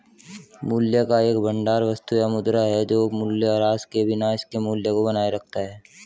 मूल्य का एक भंडार वस्तु या मुद्रा है जो मूल्यह्रास के बिना इसके मूल्य को बनाए रखता है